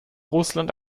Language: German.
russland